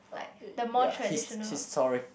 ya his history